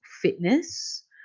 fitness